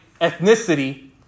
ethnicity